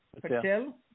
Patel